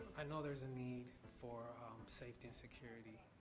i know there's a need for safety and security,